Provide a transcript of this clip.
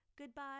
goodbye